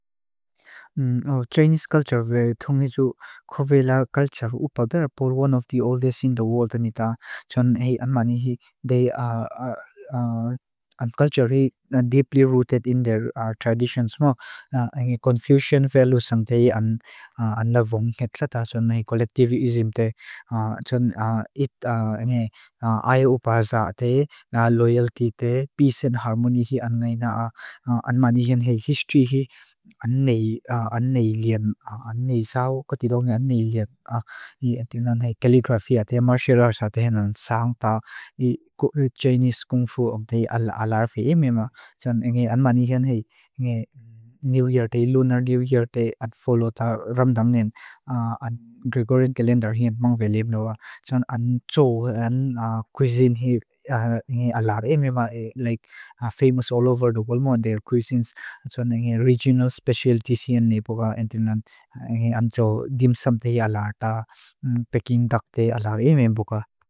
Chinese culture ve Thongizhu Khorweila culture upadarapur one of the oldest in the world anita. Chon hei anmanihi. They are culturally deeply rooted in their traditions mo. Confucian values sangtei anlavong ketlata. Chon hei collectivism te. Chon it aya upazaate na loyalty te, peace and harmony hi angay na. Chon hei anmanihin hei history hei. An nei, an nei lien. An nei saw, koti doongan nei lien. Teenan hei calligraphy aate, martial arts aate. Hei nan sangta. Chinese kungfu umtei alarve emema. Chon hei anmanihin hei. New Year te, Lunar New Year te. At folo ta, Ramdhamnen. Gregorian calendar hei at mongvelim. Chon an cho, an cuisine hei alarve emema. Famous all over the world, their cuisines. Chon hei regional specialities hei ne. Chon hei dimsum te hei alarve ta. Peking dak te hei alarve emema.